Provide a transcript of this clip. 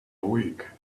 week